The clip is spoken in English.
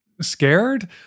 scared